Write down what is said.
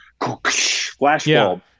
flashbulb